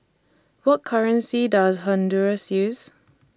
What currency Does Honduras use